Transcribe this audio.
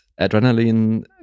adrenaline